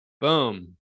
boom